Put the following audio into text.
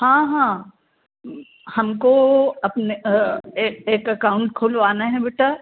हाँ हाँ हमको अपने एक एक अकाउंट खुलवाना है बेटा